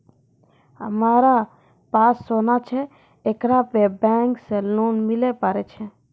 हमारा पास सोना छै येकरा पे बैंक से लोन मिले पारे छै?